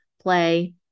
play